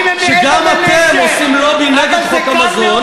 וגם אתם עושים לובי נגד חוק המזון,